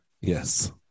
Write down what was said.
Yes